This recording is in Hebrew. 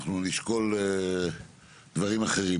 אנחנו נשקול דברים אחרים,